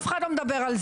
אף אחד לא מדבר על זה.